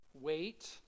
wait